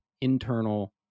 internal